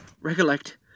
recollect